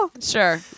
Sure